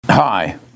Hi